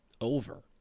over